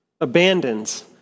abandons